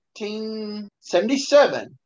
1977